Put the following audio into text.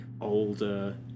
older